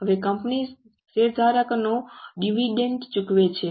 હવે કંપની શેરધારકોને ડિવિડન્ડ ચૂકવે છે